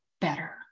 better